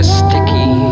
sticky